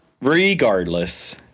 Regardless